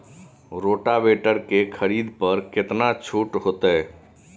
Rotavator के खरीद पर केतना छूट होते?